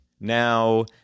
Now